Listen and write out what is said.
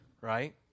right